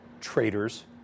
Trader's